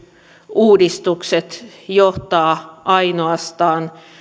uudistukset johtavat ainoastaan